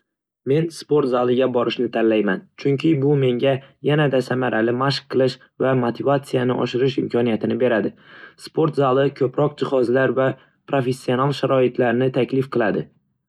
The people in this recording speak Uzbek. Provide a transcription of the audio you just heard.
Men sport zaliga borishni tanlayman, chunki bu menga yanada samarali mashq qilish va motivatsiyani oshirish imkonini beradi. Sport zali ko'proq jihozlar va professional sharoitlarni taklif qiladi.